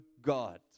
God